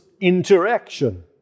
interaction